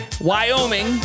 Wyoming